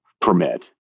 permit